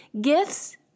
gifts